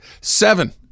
Seven